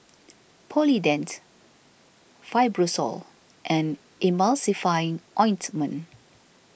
Polident Fibrosol and Emulsying Ointment